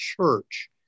church